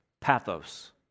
Pathos